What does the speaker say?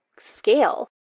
scale